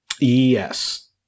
Yes